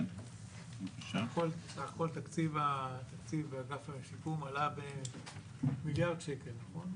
כל תקציב אגף השיקום עלה במיליארד שקל, נכון?